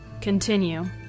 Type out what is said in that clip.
Continue